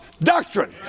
doctrine